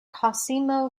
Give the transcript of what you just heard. cosimo